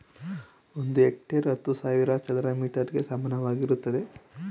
ಒಂದು ಹೆಕ್ಟೇರ್ ಹತ್ತು ಸಾವಿರ ಚದರ ಮೀಟರ್ ಗೆ ಸಮಾನವಾಗಿರುತ್ತದೆ